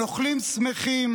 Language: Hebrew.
// הנוכלים שמחים,